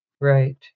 Right